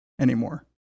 anymore